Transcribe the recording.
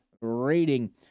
rating